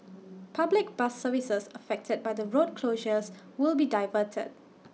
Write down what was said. public bus services affected by the road closures will be diverted